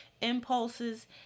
impulses